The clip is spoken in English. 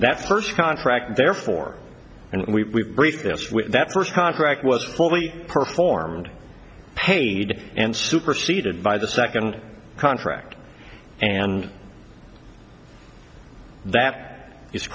the first contract therefore we breached this with that first contract was fully performed paid and superseded by the second contract and that